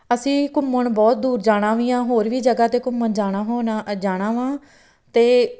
ਅਸੀਂ ਘੁੰਮਣ ਬਹੁਤ ਦੂਰ ਜਾਣਾ ਵੀ ਆ ਹੋਰ ਵੀ ਜਗ੍ਹਾ 'ਤੇ ਘੁੰਮਣ ਜਾਣਾ ਹੋਣਾ ਜਾਣਾ ਵਾ ਅਤੇ